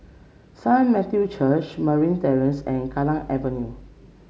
Saint Matthew Church Marine Terrace and Kallang Avenue